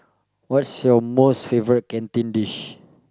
what's your most favorite canteen dish